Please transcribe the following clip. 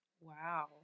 Wow